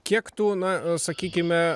kiek tų na sakykime